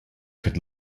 could